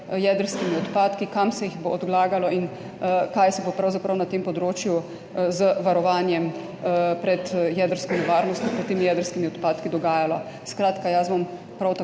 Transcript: jedrskimi odpadki, kam se jih bo odlagalo in kaj se bo pravzaprav na tem področju z varovanjem pred jedrsko varnost pred temi jedrskimi odpadki dogajalo. Skratka, jaz bom prav tako